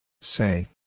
Say